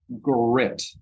grit